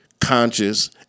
conscious